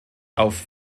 auf